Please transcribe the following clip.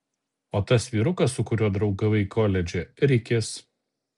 o tas vyrukas su kuriuo draugavai koledže rikis